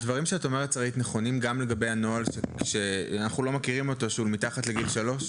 הדברים שאת אומרת נכונים גם לגבי הנוהל של מתחת לגיל שלוש?